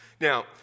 Now